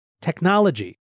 Technology